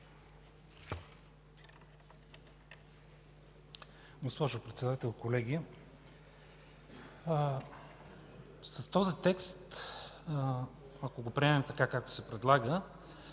Госпожо Председател, колеги! С този текст, ако го приемем, така както се предлага,